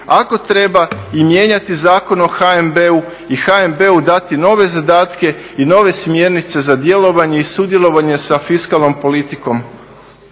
Ako treba i mijenjati zakon o HNB-u, i NHB-u dati nove zadatke i nove smjernice za djelovanje i sudjelovanje sa fiskalnom politikom